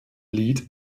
lied